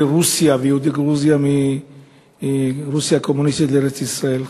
רוסיה ויהודי גרוזיה מרוסיה הקומוניסטית לארץ-ישראל.